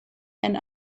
and